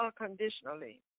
unconditionally